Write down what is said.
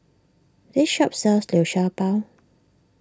this shop sells Liu Sha Bao